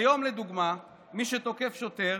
כיום, לדוגמה, מי שתוקף שוטר